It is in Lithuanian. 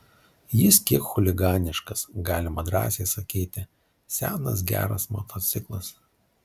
jis kiek chuliganiškas galima drąsiai sakyti senas geras motociklas